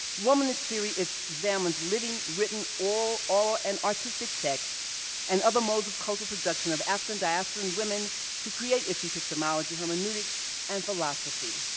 womanist theory examines living, written, oral, aural, and artistic texts and other modes of cultural production of african diasporan women to create its epistemology, hermeneutics and philosophy.